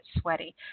sweaty